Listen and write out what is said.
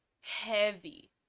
heavy